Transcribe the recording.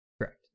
Correct